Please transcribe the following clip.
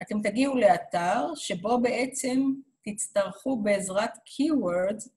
אתם תגיעו לאתר שבו בעצם תצטרכו בעזרת keywords.